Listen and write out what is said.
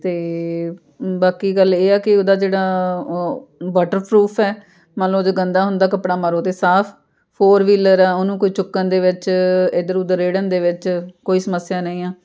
ਅਤੇ ਬਾਕੀ ਗੱਲ ਇਹ ਆ ਕਿ ਉਹਦਾ ਜਿਹੜਾ ਵਾਟਰ ਪਰੂਫ ਹੈ ਮਨ ਲਉ ਜੇ ਗੰਦਾ ਹੁੰਦਾ ਕੱਪੜਾ ਮਾਰੋ ਤਾਂ ਸਾਫ ਫੋਰ ਵੀਲਰ ਆ ਉਹਨੂੰ ਕੋਈ ਚੁੱਕਣ ਦੇ ਵਿੱਚ ਇੱਧਰ ਉੱਧਰ ਰੇੜਨ ਦੇ ਵਿੱਚ ਕੋਈ ਸਮੱਸਿਆ ਨਹੀਂ ਆ